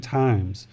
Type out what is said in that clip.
times